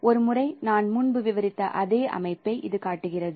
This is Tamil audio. ஒரு முறை நான் முன்பு விவரித்த அதே அமைப்பை இது காட்டுகிறது